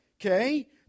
okay